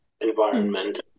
environment